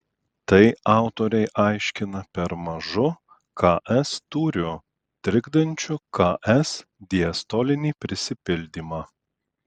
tai autoriai aiškina per mažu ks tūriu trikdančiu ks diastolinį prisipildymą